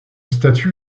statue